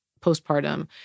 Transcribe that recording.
postpartum